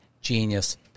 genius